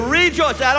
rejoice